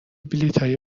بلیطهای